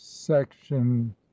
section